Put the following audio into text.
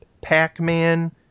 Pac-Man